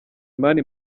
mani